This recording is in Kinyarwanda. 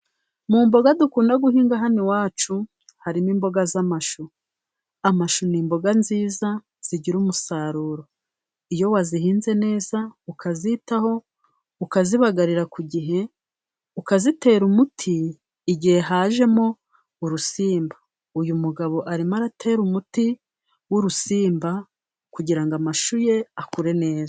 Mu mboga dukunda guhinga hano iwacu, harimo imboga z'amashu. Amashu ni imboga nziza zigira umusaruro. Iyo wazihinze neza, ukazitaho, ukazibagarira ku gihe, ukazitera umuti igihe hajemo urusimba. Uyu mugabo arimo aratera umuti w'urusimba kugira ngo amashu ye akure neza.